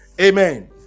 Amen